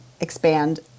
expand